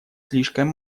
слишком